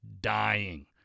dying